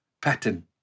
pattern